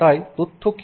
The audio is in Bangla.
তাই তথ্য কি